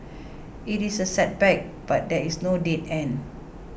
it is a setback but there is no dead end